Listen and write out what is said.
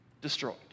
destroyed